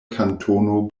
kantono